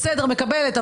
מקבלת,